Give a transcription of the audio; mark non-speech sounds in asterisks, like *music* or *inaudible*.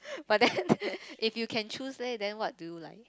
but then *laughs* if you can choose leh then what do you like